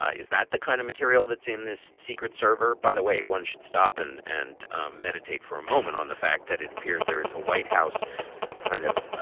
ah is that the kind of material that's in this secret server by the way one should stop and and ah meditate for a moment on the fact that it appears there is a white house it's kind of